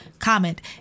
Comment